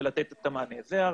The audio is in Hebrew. ולתת את המענה.